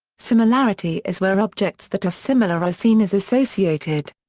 similarity is where objects that are similar are seen as associated.